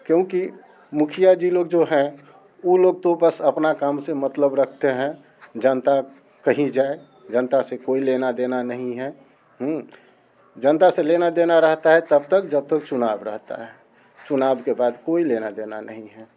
क्योंकि मुखिया जी लोग जो हैं वो लोग तो बस अपना काम से मतलब रखते हैं जनता कहीं जाए जनता से कोई लेना देना नहीं है जनता से लेना देना रहता है तब तक जब तक चुनाव रहता है चुनाव के बाद कोई लेना देना नहीं है